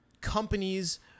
companies